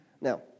Now